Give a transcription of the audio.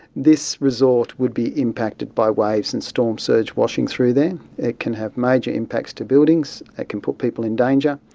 this resort would be impacted by waves and storm surge washing through there. it can have major impacts to buildings, it can put people in danger,